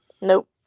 Nope